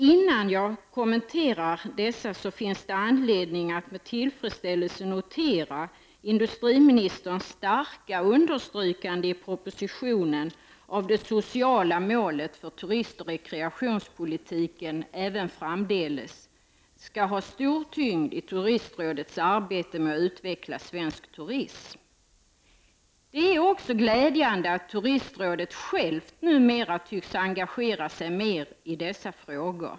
Innan jag något kommenterar dessa finns det anledning att med tillfredsställelse notera industriministerns starka understrykande i propositionen av att det sociala målet för turistoch rekreationspolitiken även framdeles skall ha stor tyngd i Turistrådets arbete med att utveckla svensk turism. Det är också glädjande att Turistrådet självt numera tycks engagera sig mer i dessa frågor.